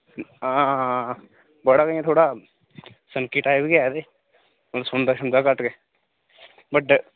आं बड़ा गै थोह्ड़ा सनकी टाइप गै ऐ ते सुनदा केह्ड़ा घट्ट गै बड्डा